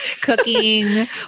Cooking